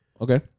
Okay